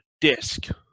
disk